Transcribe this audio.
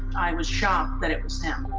i was shocked that it was him.